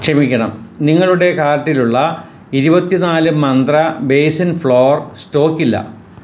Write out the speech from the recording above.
ക്ഷമിക്കണം നിങ്ങളുടെ കാർട്ടിലുള്ള ഇരുപത്തിനാല് മന്ത്ര ബേസൻ ഫ്ലോർ സ്റ്റോക്ക് ഇല്ല